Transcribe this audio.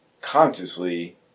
consciously